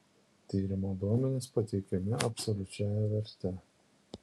tyrimo duomenys pateikiami absoliučiąja verte